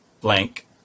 blank